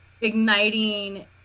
igniting